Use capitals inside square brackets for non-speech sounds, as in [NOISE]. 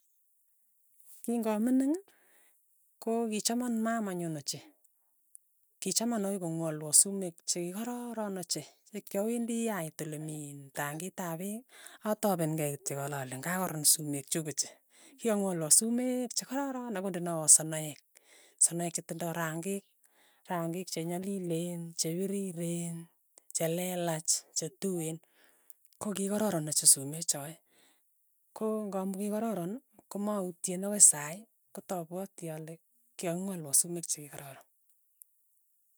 King'amining, ko kichaman mamanyu ochei, kichama akoi kong'walwo sumek che kikororon ochei, ko kyawendi ait ole mi in tamng'it ap peek, atapen kei kityok ale ale ng'a karoron sumek chuk [UNINTELLIGIBLE] kika ng'wolwo sumek che kororon ak kondenawe sonoek, sonoek che tindoi rangik, rangik che nyalileen, che pirireen, che lelaach, che tueen, kokikararan ochei sumek choe, ko ng'amu kikororon, komautyen akoi sai, kotapwati ale kikoking'wolwo sumek che kikororon.